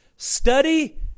Study